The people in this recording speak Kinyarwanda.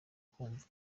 kwumva